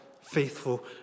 faithful